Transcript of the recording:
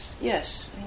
yes